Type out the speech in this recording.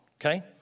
okay